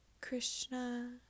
Krishna